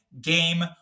game